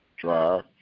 Drive